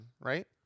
right